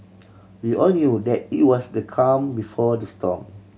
we all knew that it was the calm before the storm